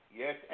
Yes